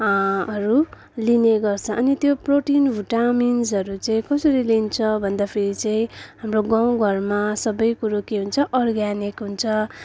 हरू लिने गर्छ अनि त्यो प्रोटिन भिटामिन्सहरू चाहिँ कसरी लिन्छ भन्दाखेरि चाहिँ हाम्रो गाउँघरमा सबै कुरो के हुन्छ अर्ग्यानिक हुन्छ